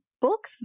book